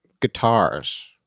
Guitars